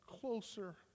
closer